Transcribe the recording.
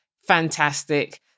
fantastic